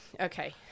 Okay